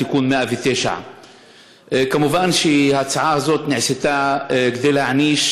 תיקון 109. מובן שההצעה הזאת נעשתה כדי להעניש